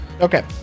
Okay